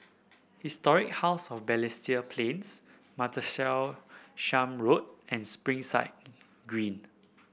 Historic House of Balestier Plains Martlesham Road and Springside Green